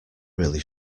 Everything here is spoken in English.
really